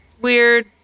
weird